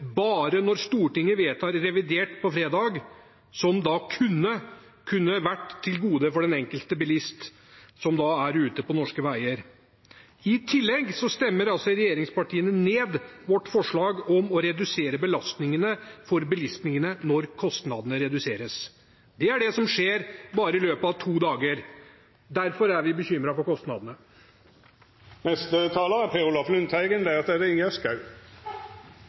bare minne om, når Stortinget vedtar revidert budsjett på fredag, de 430 mill. kr som kunne kommet den enkelte bilist som er ute på norske veier, til gode. I tillegg stemmer regjeringspartiene ned vårt forslag om å redusere belastningene for bilistene når kostnadene reduseres. Det er det som skjer i løpet av bare to dager. Derfor er vi bekymret for kostnadene. Rorbua er både komisk og morsom, men det vi opplever her med statsråd Dale, er